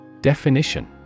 Definition